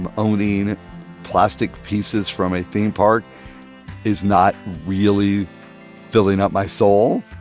and owning plastic pieces from a theme park is not really filling up my soul,